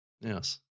Yes